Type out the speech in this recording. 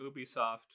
Ubisoft